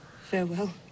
Farewell